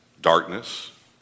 darkness